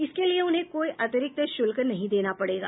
इसके लिए उन्हें कोई अतिरिक्त शुल्क नहीं देना पड़ेगा